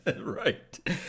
Right